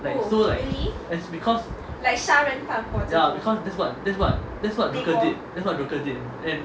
like so like as because ya because that's what that's what that's what joker did that's what joker did